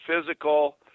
physical